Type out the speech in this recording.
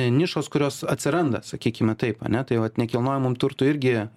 nišos kurios atsiranda sakykime taip ane tai vat nekilnojamam turtui irgi